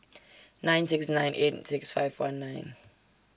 nine six nine eight six five one nine